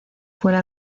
fuera